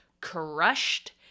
crushed